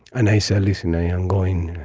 and i said, listen, i am going,